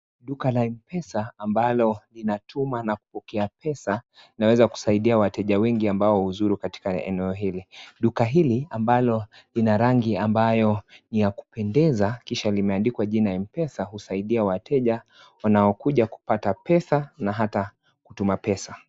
Duka la Mpesa ambalo linatuma na kupokea pesa linaweza kusaidia wateja wengi ambao huzuru katika eneo hili. Duka hili ambalo lina rangi ambayo ni ya kupendeza kisha limeandikwa jina mpesa husaidia wateja wanaokuja kupata pesa na ata kutuma pesa.